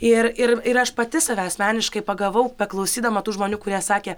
ir ir ir aš pati save asmeniškai pagavau beklausydama tų žmonių kurie sakė